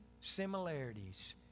similarities